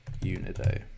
Unido